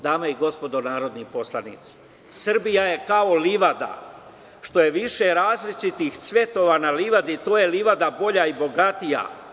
Dame i gospodo narodni poslanici, Srbija je kao livada, što je više različitih cvetova na livadi to je livada bolja i bogatija.